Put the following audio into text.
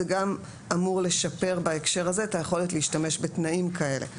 זה גם אמור לשפר בהקשר הזה את היכולת להשתמש בתנאים כאלה,